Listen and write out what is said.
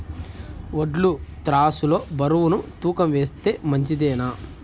వడ్లు త్రాసు లో బరువును తూకం వేస్తే మంచిదేనా?